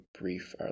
brief